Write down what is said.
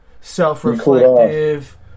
self-reflective